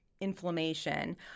inflammation